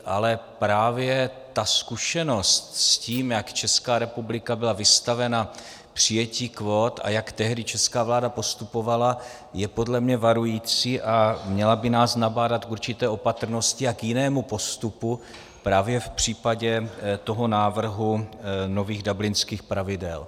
Ale právě ta zkušenost s tím, jak Česká republika byla vystavena přijetí kvót a jak tehdy česká vláda postupovala, je podle mě varující a měla by nás nabádat k určité opatrnosti a k jinému postupu právě v případě návrhu nových dublinských pravidel.